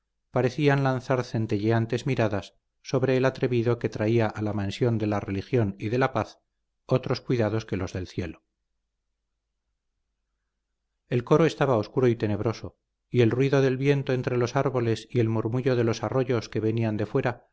parecían lanzar centelleantes miradas sobre el atrevido que traía a la mansión de la religión y de la paz otros cuidados que los del cielo el coro estaba oscuro y tenebroso y el ruido del viento entre los árboles y el murmullo de los arroyos que venían de fuera